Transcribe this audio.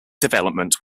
development